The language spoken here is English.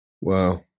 Wow